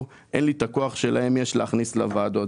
אין לי את הכוח שלהם יש להכניס לוועדות.